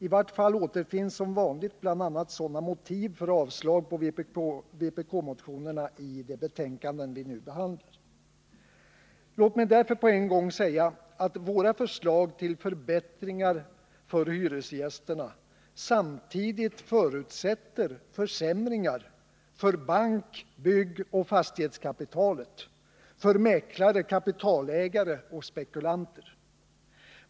I vart fall återfinns som vanligt bl.a. sådana motiv för avslag på vpk-motionerna i de betänkanden vi nu behandlar. Låt mig därför på en gång säga att våra förslag till förbättringar för hyresgästerna samtidigt förutsätter försämringar för bank-, byggoch fastighetskapitalet, för mäklare, kapitalägare och spekulanter.